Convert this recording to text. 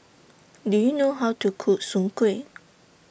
Do YOU know How to Cook Soon Kway